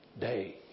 day